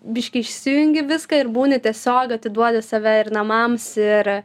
biškį išsijungi viską ir būni tiesiog atiduodi save ir namams ir